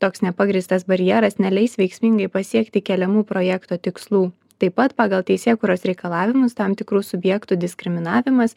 toks nepagrįstas barjeras neleis veiksmingai pasiekti keliamų projekto tikslų taip pat pagal teisėkūros reikalavimus tam tikrų subjektų diskriminavimas